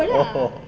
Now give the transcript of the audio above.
oo